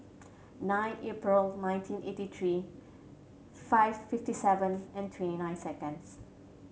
nine April nineteen eighty three five fifty seven and twenty nine seconds